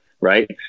right